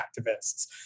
activists